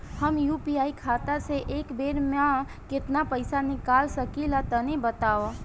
हम यू.पी.आई खाता से एक बेर म केतना पइसा निकाल सकिला तनि बतावा?